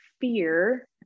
fear